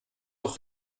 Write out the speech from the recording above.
auch